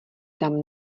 tam